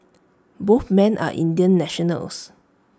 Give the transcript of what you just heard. both men are Indian nationals